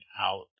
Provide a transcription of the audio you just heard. out